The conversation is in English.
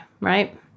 right